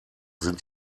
sind